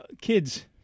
Kids